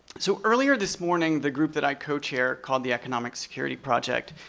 so earlier this morning, the group that i co-chair, called the economic security project,